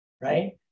right